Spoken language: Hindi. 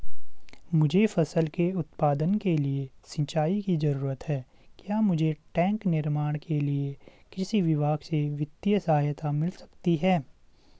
मुझे फसल के उत्पादन के लिए सिंचाई की जरूरत है क्या मुझे टैंक निर्माण के लिए कृषि विभाग से वित्तीय सहायता मिल सकती है?